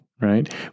right